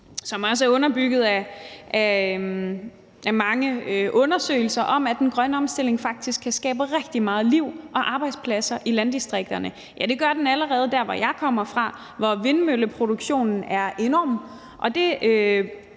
også er underbygget af mange undersøgelser, at den grønne omstilling faktisk kan skabe rigtig meget liv og arbejdspladser i landdistrikterne. Og det gør den allerede der, hvor jeg kommer fra, hvor vindmølleproduktionen er enorm.